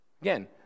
Again